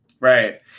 Right